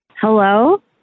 Hello